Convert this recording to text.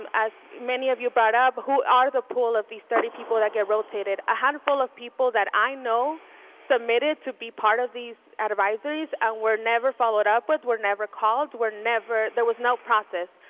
um as many of you brought up, who are the pool of these thirty people that get rotated? a handful of people that i know submitted to be part of these advisories and were never followed up with, were never called, were never there was no process.